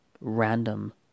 random